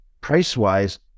price-wise